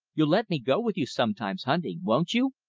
you'll let me go with you sometimes hunting won't you?